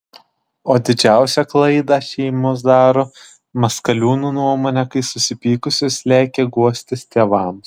o didžiausią klaidą šeimos daro maskaliūnų nuomone kai susipykusios lekia guostis tėvams